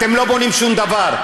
אתם לא בונים שום דבר.